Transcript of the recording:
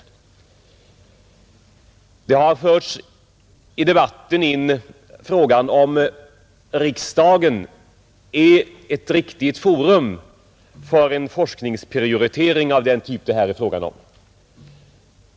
I debatten har förts in frågan om riksdagen är ett riktigt forum för en forskningsprioritering av den typ det här gäller.